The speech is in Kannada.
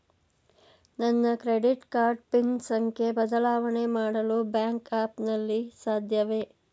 ನನ್ನ ಕ್ರೆಡಿಟ್ ಕಾರ್ಡ್ ಪಿನ್ ಸಂಖ್ಯೆ ಬದಲಾವಣೆ ಮಾಡಲು ಬ್ಯಾಂಕ್ ಆ್ಯಪ್ ನಲ್ಲಿ ಸಾಧ್ಯವೇ?